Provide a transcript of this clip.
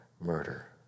murder